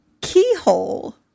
Keyhole